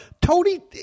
Tony